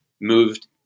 moved